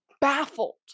baffled